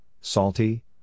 salty